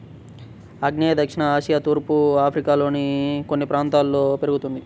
ఆగ్నేయ దక్షిణ ఆసియా తూర్పు ఆఫ్రికాలోని కొన్ని ప్రాంతాల్లో పెరుగుతుంది